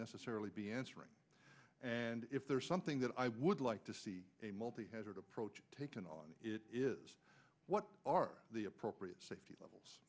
necessarily be answering and if there is something that i would like to see a multi headed approach taken on it is what are the appropriate